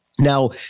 Now